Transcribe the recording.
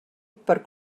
per